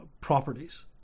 properties